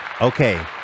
Okay